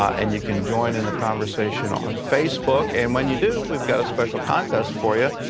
and you can join in the conversation on facebook. and when you do, we've got a special contest for you,